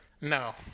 No